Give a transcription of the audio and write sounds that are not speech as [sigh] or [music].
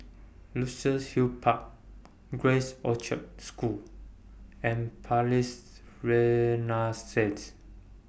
[noise] Luxus Hill Park Grace Orchard School and Palais Renaissance